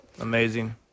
Amazing